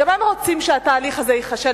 גם הם רוצים שהתהליך הזה ייכשל,